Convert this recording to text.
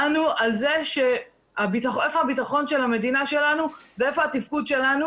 באנו על זה שאיפה הביטחון של המדינה שלנו ואיפה התפקוד שלנו